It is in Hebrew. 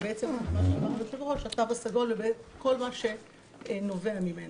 ובעצם מה שאמר היושב-ראש התו הסגול וכל מה שנובע ממנו.